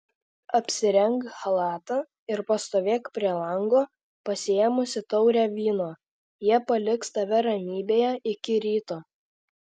apsirenk chalatą ir pastovėk prie lango pasiėmusi taurę vyno jie paliks tave ramybėje iki ryto